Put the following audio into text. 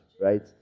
right